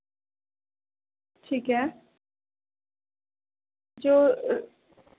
ٹھیک ہے جو